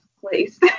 place